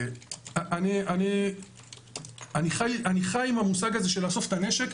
אני חי עם המושג הזה של לאסוף את הנשק,